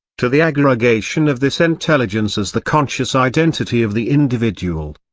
to the aggregation of this intelligence as the conscious identity of the individual.